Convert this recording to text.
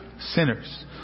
sinners